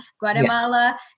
Guatemala